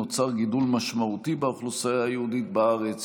נוצר גידול משמעותי באוכלוסייה היהודית בארץ,